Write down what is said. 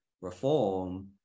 reform